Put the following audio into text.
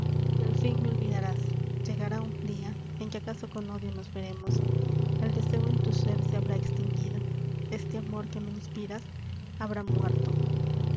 y al fin me olvidarás llegará un dia en que acaso con odio nos veremos el deseo en tu sér se habrá extinguido este amor que me inspiras habrá muerto